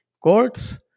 courts